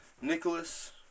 Nicholas